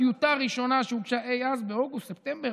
טיוטה ראשונה שהוגשה אי אז באוגוסט-ספטמבר,